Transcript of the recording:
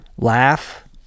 Laugh